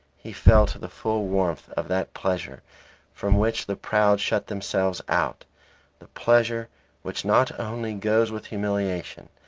he felt the full warmth of that pleasure from which the proud shut themselves out the pleasure which not only goes with humiliation,